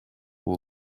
all